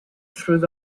through